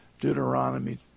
Deuteronomy